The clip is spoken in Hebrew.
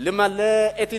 למלא את התחייבותו,